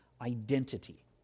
identity